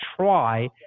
try